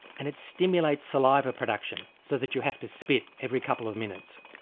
and it stimulates saliva production so that you have to spit every couple of minutes.